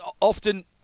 often